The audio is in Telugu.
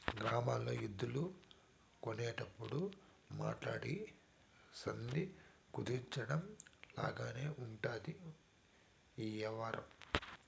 గ్రామాల్లో ఎద్దులు కొనేటప్పుడు మాట్లాడి సంధి కుదర్చడం లాగానే ఉంటది ఈ యవ్వారం